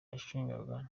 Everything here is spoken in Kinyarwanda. yashinjwaga